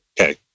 Okay